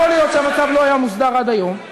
יכול להיות שהמצב לא היה מוסדר עד היום.